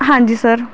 ਹਾਂਜੀ ਸਰ